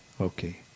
Okay